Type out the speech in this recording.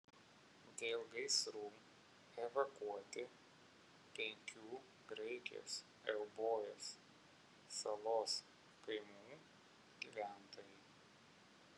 dėl gaisrų evakuoti penkių graikijos eubojos salos kaimų gyventojai